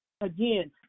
Again